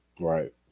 Right